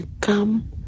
come